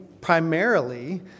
primarily